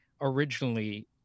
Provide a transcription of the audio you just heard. originally